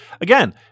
Again